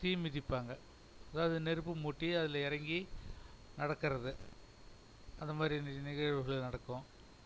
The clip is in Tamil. தீ மிதிப்பாங்க அதாவது நெருப்பு மூட்டி அதில் இறங்கி நடக்கிறது அந்தமாதிரி நிகழ்வுகள் நடக்கும்